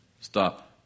Stop